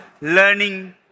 learning